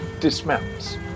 dismounts